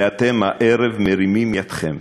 ואתם הערב מרימים ידיכם.